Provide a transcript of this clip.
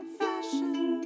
fashion